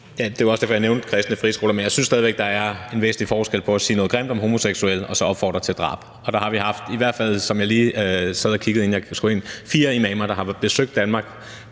det var også derfor, at jeg nævnte kristne friskoler. Men jeg synes stadig væk, at der er en væsentlig forskel på at sige noget grimt om homoseksuelle og så det at opfordre til drab. Og der har vi haft, i hvert fald som jeg lige sad og kiggede det igennem, inden jeg skulle